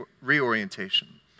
reorientation